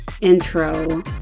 intro